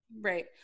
Right